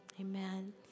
Amen